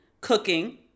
cooking